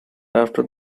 after